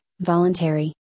voluntary